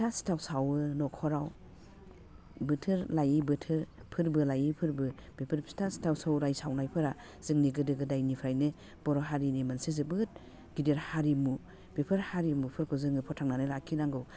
फिथा सिथाव सावो न'खराव बोथोर लायै बोथोर फोरबो लायै फोरबो बेफोर फिथा सिथाव सौराइ सावनायफोरा जोंनि गोदो गोदायनिफ्रायनो बर' हारिनि मोनसे जोबोद गिदिर हारिमु बेफोर हारिमुफोरखौ जोङो फोथांनानै लाखिनांगौ